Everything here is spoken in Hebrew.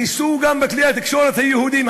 ניסו גם בכלי התקשורת היהודיים,